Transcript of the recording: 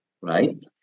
right